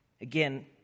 Again